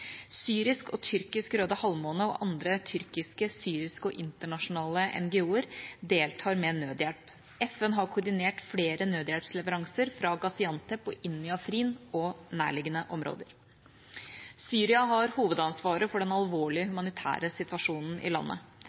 Syrisk og tyrkisk Røde Halvmåne og andre tyrkiske, syriske og internasjonale NGO-er deltar med nødhjelp. FN har koordinert flere nødhjelpsleveranser fra Gaziantep og inn i Afrin og nærliggende områder. Syria har hovedansvaret for den alvorlige humanitære situasjonen i landet.